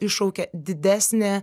iššaukia didesnį